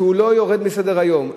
שלא יורד מסדר-היום,